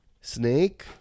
Snake